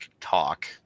talk